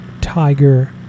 Tiger